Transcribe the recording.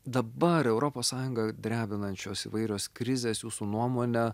dabar europos sąjungą drebinančios įvairios krizės jūsų nuomone